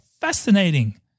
Fascinating